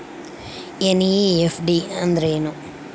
NEFT ಅಂದ್ರೆನು?